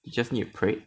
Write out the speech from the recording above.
you just need to pray